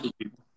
people